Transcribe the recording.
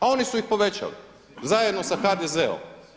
A oni su ih povećali zajedno sa HDZ-om.